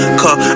cause